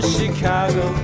Chicago